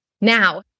Now